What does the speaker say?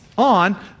on